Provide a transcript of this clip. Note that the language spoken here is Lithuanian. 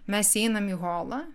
mes įeinam į holą